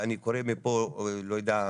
וקוראים לי פה לא יודע,